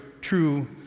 true